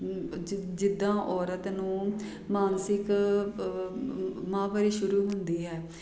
ਜਿ ਜਿੱਦਾਂ ਔਰਤ ਨੂੰ ਮਾਨਸਿਕ ਮਹਾਵਾਰੀ ਸ਼ੁਰੂ ਹੁੰਦੀ ਹੈ